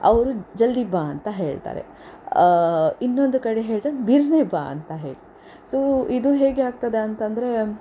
ಅವರು ಜಲ್ದಿ ಬಾ ಅಂತ ಹೇಳ್ತಾರೆ ಇನ್ನೊಂದು ಕಡೆ ಹೇಳ್ತಾರೆ ಬಿರ್ರನೆ ಬಾ ಅಂತ ಹೇಳಿ ಸೊ ಇದು ಹೇಗೆ ಆಗ್ತದೆ ಅಂತ ಅಂದರೆ